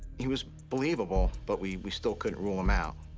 he was believable, but we we still couldn't rule him out.